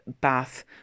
bath